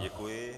Děkuji.